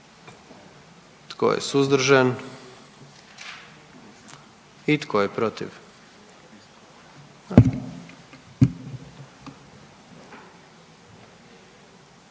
Tko je suzdržan? I tko je protiv?